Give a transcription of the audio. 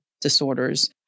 disorders